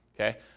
Okay